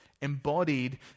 embodied